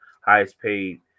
highest-paid